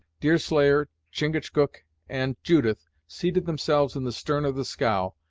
deerslayer, chingachgook and judith seated themselves in the stern of the scow,